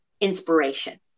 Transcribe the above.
inspiration